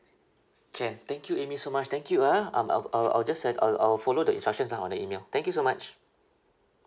can thank you amy so much thank you ah um I'll I'll I'll just send I'll I'll follow the instructions lah on the email thank you so much